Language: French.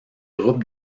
groupes